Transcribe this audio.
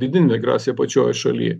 vidinė migracija pačioj šaly